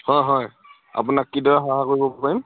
অ' হয় আপোনাক কিদৰে সহায় কৰিব পাৰিম